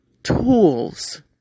Tools